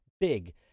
big